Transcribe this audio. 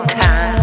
time